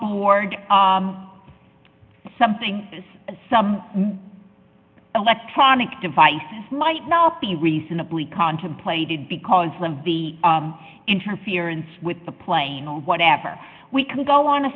board something some electronic devices might not be reasonably contemplated because of the interference with the plane or whatever we can go on a